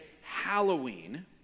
Halloween